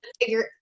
figure